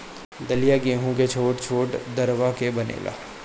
दलिया गेंहू के छोट छोट दरवा के बनेला